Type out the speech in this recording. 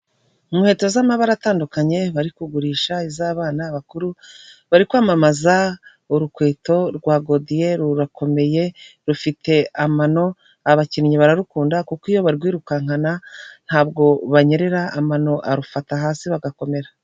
inkweto z'amabara atandukanye bari kugurisha iz'abana abakuru bari kwamamaza urukweto rwa godiyo rurakomeye rufite amano abakinnyi bararukunda kuko iyo barwirukankana ntabwo banyerera amano arufata hasi bagakomera.